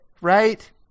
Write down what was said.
right